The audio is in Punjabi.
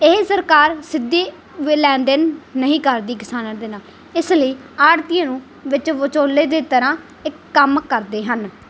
ਇਹ ਸਰਕਾਰ ਸਿੱਧੀ ਲੈਣ ਦੇਣ ਨਹੀਂ ਕਰਦੀ ਕਿਸਾਨਾਂ ਦੇ ਨਾਲ ਇਸ ਲਈ ਆੜ੍ਹਤੀਏ ਨੂੰ ਵਿੱਚ ਵਿਚੋਲੇ ਦੀ ਤਰਾਂ ਇਹ ਕੰਮ ਕਰਦੇ ਹਨ